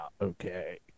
Okay